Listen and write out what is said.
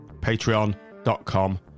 patreon.com